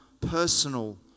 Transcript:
personal